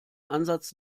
ansatz